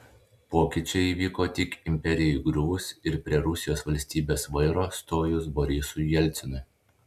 pokyčiai įvyko tik imperijai griuvus ir prie rusijos valstybės vairo stojus borisui jelcinui